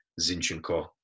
Zinchenko